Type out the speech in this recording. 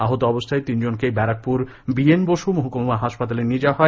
আহত অবস্থায় তিনজনকেই ব্যারাকপুর বি এন বসু মহকুমা হাসপাতালে নিয়ে যাওয়া হয়